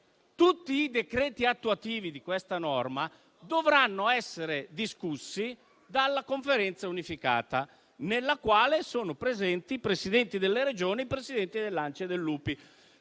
tutti i decreti attuativi di questa norma dovranno essere discussi dalla Conferenza unificata, nella quale sono presenti i Presidenti delle Regioni e i Presidenti dell'ANCI e dell'UPI,